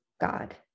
God